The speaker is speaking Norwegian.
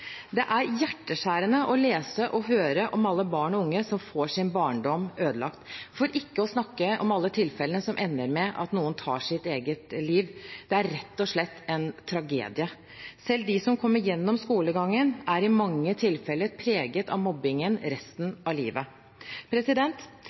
Det er hjerteskjærende å lese og høre om alle barn og unge som får sin barndom ødelagt – for ikke å snakke om alle tilfellene som ender med at noen tar sitt eget liv, det er rett og slett en tragedie. Selv de som kommer seg gjennom skolegangen, er i mange tilfeller preget av mobbingen resten